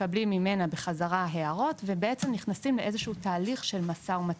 מקבלים ממנה בחזרה הערות ובעצם נכנסים לאיזה שהוא תהליך של משא ומתן.